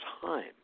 time